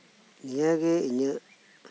ᱱᱤᱭᱟᱹᱜᱮ ᱤᱧᱟᱹᱜ